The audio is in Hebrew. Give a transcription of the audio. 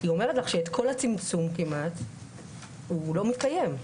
היא אומרת לך שאת כל הצמצום כמעט הוא לא מקיים.